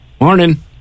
Morning